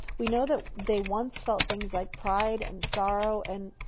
we know that they once felt things like pride, and sorrow, and.